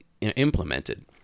implemented